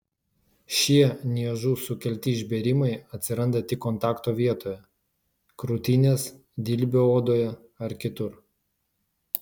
šie niežų sukelti išbėrimai atsiranda tik kontakto vietoje krūtinės dilbio odoje ar kitur